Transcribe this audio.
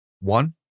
One